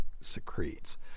secretes